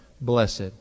blessed